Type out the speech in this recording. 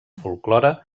folklore